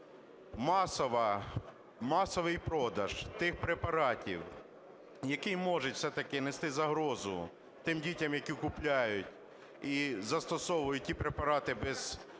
масовий продаж тих препаратів, який можуть все-таки нести загрозу тим дітям, які купляють і застосовують ті препарати без